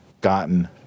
gotten